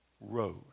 road